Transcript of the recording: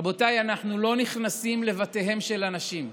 רבותיי, אנחנו לא נכנסים לבתיהם של אנשים,